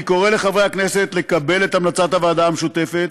אני קורא לחברי הכנסת לקבל את המלצת הוועדה המשותפת